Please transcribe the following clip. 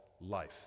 life